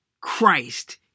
Christ